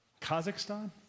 Kazakhstan